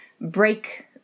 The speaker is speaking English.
break